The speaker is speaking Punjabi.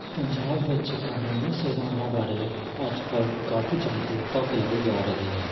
ਪੰਜਾਬ ਵਿੱਚ ਕਾਨੂੰਨੀ ਸੇਵਾਵਾਂ ਬਾਰੇ ਅੱਜ ਕੱਲ੍ਹ ਕਾਫ਼ੀ ਜਾਗਰੂਕਤਾ ਫੈਲਾਈ ਜਾ ਰਹੀ ਹੈ